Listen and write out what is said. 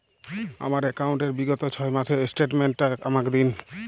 আমার অ্যাকাউন্ট র বিগত ছয় মাসের স্টেটমেন্ট টা আমাকে দিন?